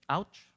Ouch